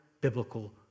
biblical